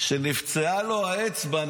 שנפצעה לו האצבע.